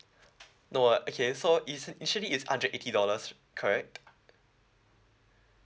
no uh okay so it's usually it's hundred eighty dollars correct